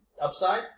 upside